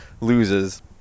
loses